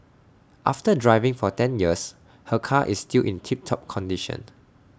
after driving for ten years her car is still in tip top condition